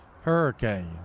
hurricane